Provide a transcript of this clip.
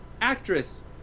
actress